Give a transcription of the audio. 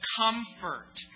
comfort